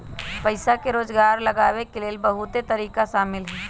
पइसा के जोगार लगाबे के लेल बहुते तरिका शामिल हइ